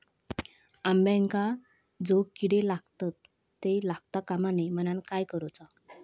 अंब्यांका जो किडे लागतत ते लागता कमा नये म्हनाण काय करूचा?